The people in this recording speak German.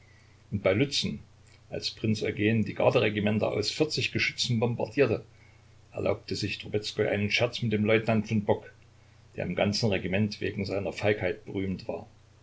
und bei lützen als prinz eugen die garderegimenter aus vierzig geschützen bombardierte erlaubte sich trubezkoi einen scherz mit dem leutnant von bock der im ganzen regiment wegen seiner feigheit berühmt war